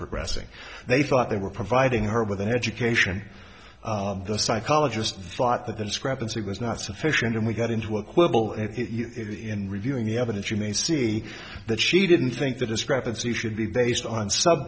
progressing they thought they were providing her with an education the psychologist thought that the discrepancy was not sufficient and we got into a quibble and in reviewing the evidence you may see that she didn't think the discrepancy should be based on s